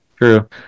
true